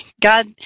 God